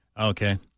Okay